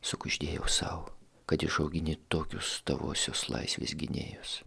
sukuždėjau sau kad išaugini tokius tavuosius laisvės gynėjus